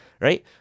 right